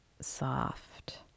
soft